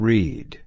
Read